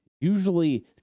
Usually